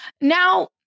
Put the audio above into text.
now